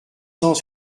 cent